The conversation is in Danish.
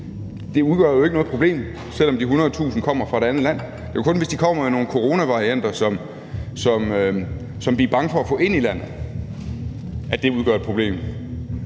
Danmark, jo ikke noget problem, selv om de 100.000 kommer fra et andet land. Det er jo kun, hvis de kommer med nogle coronavarianter, som vi er bange for at få ind i landet, at det udgør et problem.